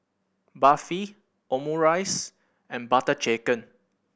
Barfi Omurice and Butter Chicken